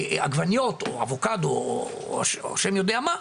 עגבניות או אבוקדו או שאני יודע מה,